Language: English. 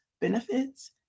benefits